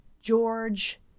George